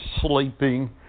sleeping